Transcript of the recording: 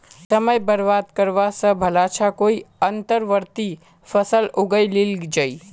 समय बर्बाद करवा स भला छ कोई अंतर्वर्ती फसल उगइ लिल जइ